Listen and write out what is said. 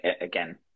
again